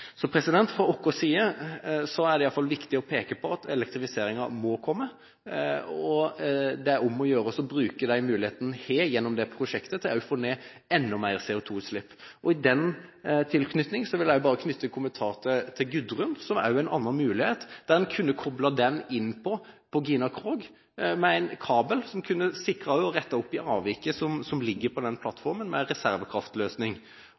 vår side er det viktig å peke på at elektrifiseringen må komme. Det er om å gjøre å bruke de mulighetene en har gjennom det prosjektet til også å få ned enda mer CO2-utslipp. I den forbindelse vil jeg bare knytte en kommentar til Gudrun, som også er en annen mulighet. En kunne koblet den inn på Gina Krog med en kabel, som kunne sikret at man rettet opp i avviket som ligger på den